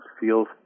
feels